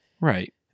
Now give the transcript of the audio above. Right